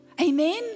Amen